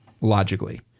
logically